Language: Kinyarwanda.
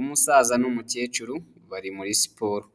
Umusaza n'umukecuru bari muri siporo,